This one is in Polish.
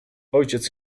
ojciec